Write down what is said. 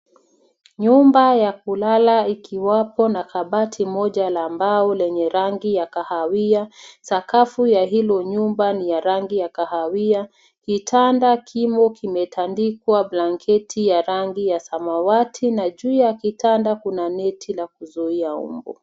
Nyumba ya kulala ikiwapo na kabati moja la mbaolenye rangi ya kahawia. Sakafu ya hilo nyumba ni ya rangi ya kahawia. Kitanda kimo kimetandikwa blanketi ya rangi ya samawati na juu ya kitanda kuna neti la kuuzia umbu.